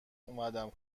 اومدم